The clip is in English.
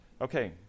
Okay